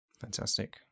Fantastic